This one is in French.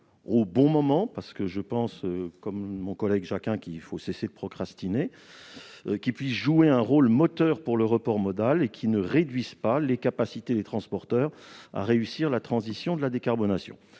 au bon moment- je pense, comme mon collègue Jacquin, qu'il faut cesser de procrastiner -, qui puisse jouer un rôle moteur pour le report modal et qui ne réduise pas les capacités des transporteurs à réussir la transition de la décarbonation.